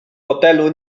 hotelu